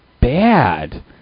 bad